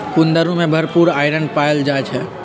कुंदरू में भरपूर आईरन पाएल जाई छई